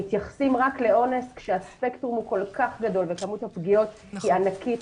מתייחסים רק לאונס כשהספקטרום הוא כל כך גדול וכמות הפגיעות היא ענקית